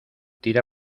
tira